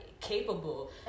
capable